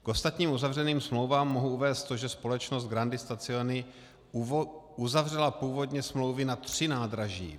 K ostatním uzavřeným smlouvám mohu uvést to, že společnost Grandi Stazioni uzavřela původně smlouvy na tři nádraží.